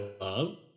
love